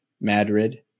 Madrid